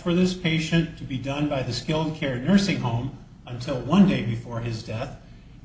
for his patient to be done by the skilled care nursing home until one day before his death